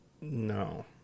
No